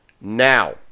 Now